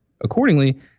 Accordingly